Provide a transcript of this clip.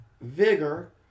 vigor